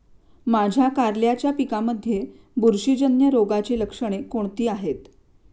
माझ्या कारल्याच्या पिकामध्ये बुरशीजन्य रोगाची लक्षणे कोणती आहेत?